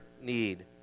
need